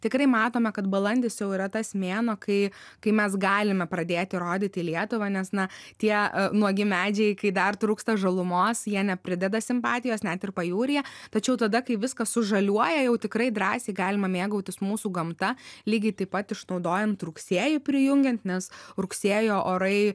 tikrai matome kad balandis jau yra tas mėnuo kai kai mes galime pradėti rodyti lietuvą nes na tie nuogi medžiai kai dar trūksta žalumos jie neprideda simpatijos net ir pajūryje tačiau tada kai viskas sužaliuoja jau tikrai drąsiai galima mėgautis mūsų gamta lygiai taip pat išnaudojant rugsėjį prijungiant nes rugsėjo orai